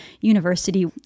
University